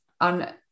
on